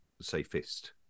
safest